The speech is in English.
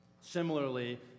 Similarly